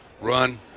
run